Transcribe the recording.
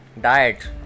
diet